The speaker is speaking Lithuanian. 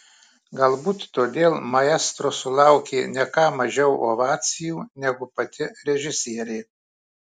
galbūt todėl maestro sulaukė ne ką mažiau ovacijų negu pati režisierė